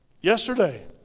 yesterday